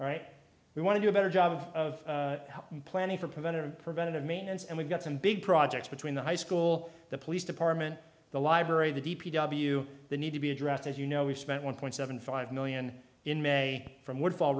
right we want to do a better job of helping planning for preventive preventative maintenance and we've got some big projects between the high school the police department the library the d p w the need to be addressed as you know we spent one point seven five million in may from would fall